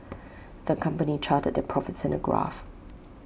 the company charted their profits in A graph